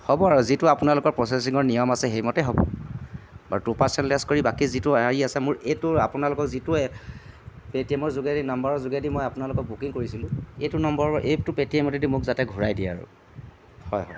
হ'ব আৰু যিটো আপোনালোকৰ পচেছিঙৰ নিয়ম আছে সেইমতে হ'ব বাৰু টু পাৰ্চেণ্ট লেছ কৰি বাকী যিটো মোৰ হেৰি আছে এইটোৰ আপোনালোকৰ যিটো পে' টি এমৰ যোগেদি নাম্বাৰৰ যোগেদি মই আপোনালোকক বুকিং কৰিছিলোঁ এইটো নম্বৰৰ এইটো পে' টি এমেদি মোক যাতে ঘূৰাই দিয়ে আৰু হয় হয়